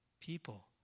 people